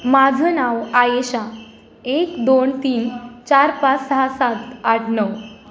माझं नाव आयेशा एक दोन तीन चार पास सहा सात आठ नऊ